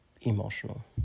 emotional